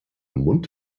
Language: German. mund